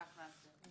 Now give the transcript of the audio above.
כך נעשה.